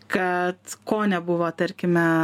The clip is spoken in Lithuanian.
kad ko nebuvo tarkime